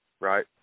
right